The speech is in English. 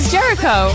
Jericho